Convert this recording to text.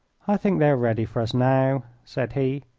i think they are ready for us now, said he.